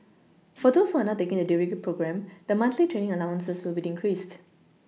for those who are not taking the degree programme the monthly training allowances will be increased